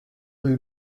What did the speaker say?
rue